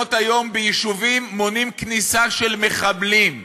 מצלמות היום ביישובים מונעות כניסה של מחבלים.